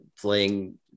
playing